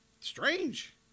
strange